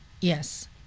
Yes